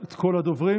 את כל הדוברים.